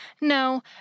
No